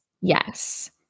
Yes